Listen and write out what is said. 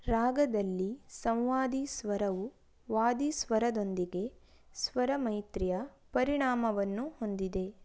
ರಾಗದಲ್ಲಿ ಸಂವಾದಿ ಸ್ವರವು ವಾದಿ ಸ್ವರದೊಂದಿಗೆ ಸ್ವರ ಮೈತ್ರಿಯ ಪರಿಣಾಮವನ್ನು ಹೊಂದಿದೆ